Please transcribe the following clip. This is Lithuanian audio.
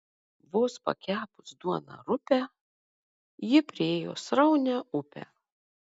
vos pakepus duoną rupią ji priėjo sraunią upę